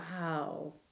Wow